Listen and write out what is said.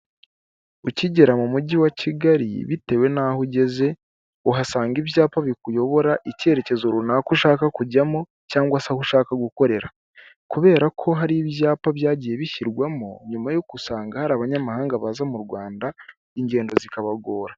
Ukigera mu Mujyi wa Kigali bitewe n'aho ugeze, uhasanga ibyapa bikuyobora icyerekezo runaka ushaka kujyamo cyangwa se aho ushaka gukorera, kubera ko hari ibyapa byagiye bishyirwamo nyuma yo gusanga hari abanyamahanga baza mu Rwanda ingendo zikabagora.